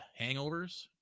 hangovers